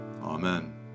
Amen